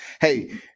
hey